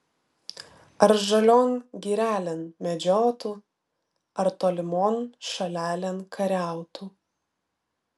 ar žalion girelėn medžiotų ar tolimon šalelėn kariautų